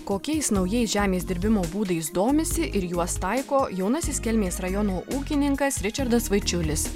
kokiais naujais žemės dirbimo būdais domisi ir juos taiko jaunasis kelmės rajono ūkininkas ričardas vaičiulis